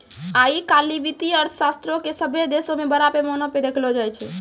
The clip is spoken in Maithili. आइ काल्हि वित्तीय अर्थशास्त्रो के सभ्भे देशो मे बड़ा पैमाना पे देखलो जाय छै